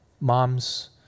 moms